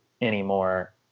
anymore